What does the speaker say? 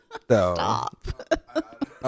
Stop